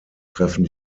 treffen